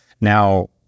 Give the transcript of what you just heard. Now